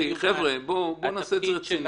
בואו נעשה את זה רציני.